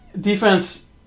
defense